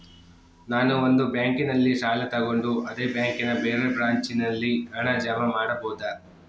ನಾನು ಒಂದು ಬ್ಯಾಂಕಿನಲ್ಲಿ ಸಾಲ ತಗೊಂಡು ಅದೇ ಬ್ಯಾಂಕಿನ ಬೇರೆ ಬ್ರಾಂಚಿನಲ್ಲಿ ಹಣ ಜಮಾ ಮಾಡಬೋದ?